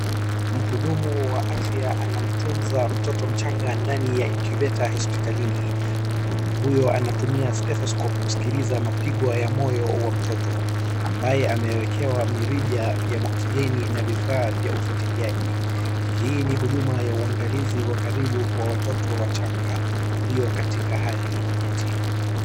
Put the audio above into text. mhudumu wa afya anamtunza mtoto mchanga ndani ya incubator hospitalini, mhudumu huyo anatumia stethoscope kuzkilza mapigo wa moyo wa mtoto ambaye amewekewa mirija ya oksijeni na vifaa vya ufuatiliaji hii ni huduma ya uangalizi wa karibu kwa watoto wachanga walio katika hali nyeti